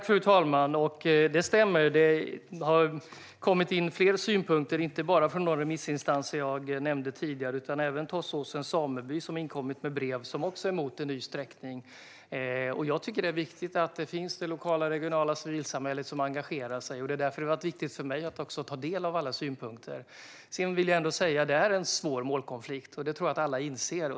Fru talman! Det stämmer att det har kommit in flera synpunkter inte bara från de remissinstanser jag nämnde tidigare utan även från Tåssåsens sameby som inkommit med brev och som också är emot en ny sträckning. Det är viktigt att det lokala och regionala civilsamhället engagerar sig. Det är därför det också varit viktigt för mig att ta del av alla synpunkter. Det är en svår målkonflikt. Det tror jag att alla inser.